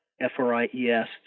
F-R-I-E-S